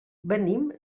venim